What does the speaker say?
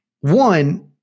One